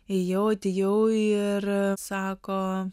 ėjau atėjau ir sako